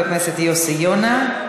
תודה רבה לחבר הכנסת יוסי יונה.